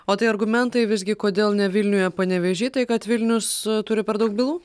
o tai argumentai visgi kodėl ne vilniuj o panevėžy tai kad vilnius turi per daug bylų